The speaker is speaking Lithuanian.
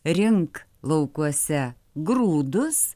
rink laukuose grūdus